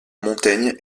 montaigne